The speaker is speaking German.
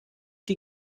die